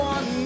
One